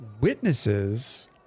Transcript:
witnesses